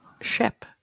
ship